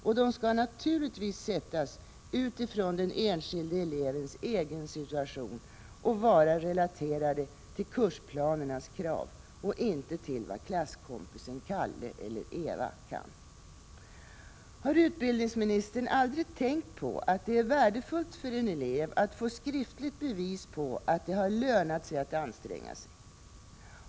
Och de skall naturligtvis sättas utifrån den enskilde elevens egen situation och vara relaterade till kursplanernas krav och inte till vad klasskompisen Kalle eller Eva kan. Har utbildningsministern aldrig tänkt på att det är värdefullt för en elev att få skriftligt bevis på att det har lönat sig att anstränga sig?